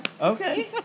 Okay